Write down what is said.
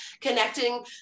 connecting